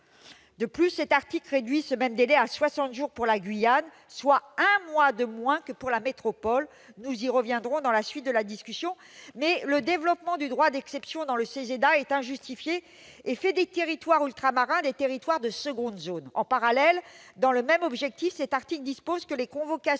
De plus, cet article réduit ce même délai à 60 jours pour la Guyane, soit un mois de moins que pour la métropole. Nous y reviendrons dans la suite de la discussion, mais le développement du droit d'exception dans le CESEDA est injustifié et fait des territoires ultramarins des territoires de seconde zone. En parallèle, dans le même objectif, cet article dispose que les convocations